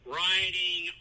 riding